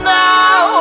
now